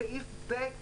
בסעיף (ב)